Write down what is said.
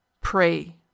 pray